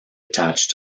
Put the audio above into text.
attached